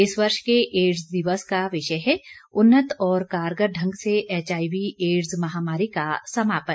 इस वर्ष के एडस दिवस का विषय है उन्नत और कारगर ढंग से एचआईवी एडस महामारी का समापन